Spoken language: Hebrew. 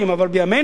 אבל בימינו,